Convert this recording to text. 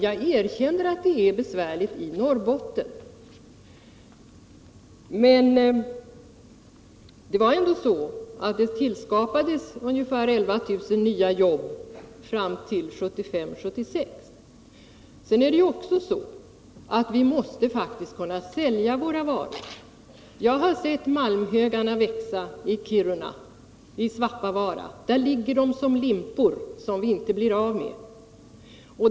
Jag erkänner att det är besvärligt i Norrbotten, men det tillskapades ändå ungefär 11 000 nya jobb fram till 1975-1976. Vi måste faktiskt också kunna sälja våra varor. Jag har sett malmhögarna uppe i Kiruna och Svappavaara. Där ligger de som limpor som vi inte blir av med.